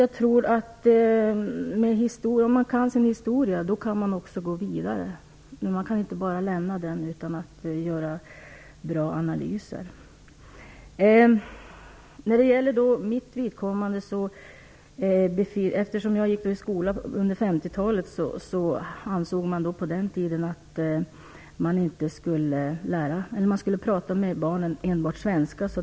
Jag tror att om man kan sin historia kan man också gå vidare. Man kan inte bara lämna den utan att göra bra analyser. Jag gick i skolan under 50-talet. På den tiden ansåg man att man enbart skulle prata svenska med barnen.